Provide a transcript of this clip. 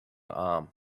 arm